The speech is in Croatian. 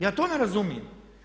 Ja to ne razumijem.